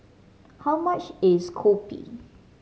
how much is kopi